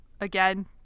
again